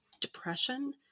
depression